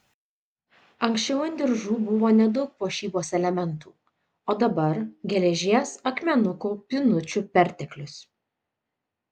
anksčiau ant diržų buvo nedaug puošybos elementų o dabar geležies akmenukų pynučių perteklius